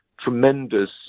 tremendous